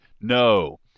No